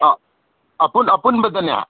ꯑꯥ ꯑꯄꯨꯟꯕꯗꯅꯦ